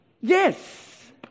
Yes